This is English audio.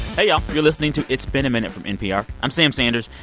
hey, y'all. you're listening to it's been a minute from npr. i'm sam sanders.